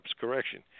Correction